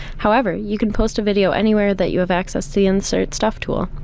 however, you could post a video anywhere that you have access to the insert stuff tool.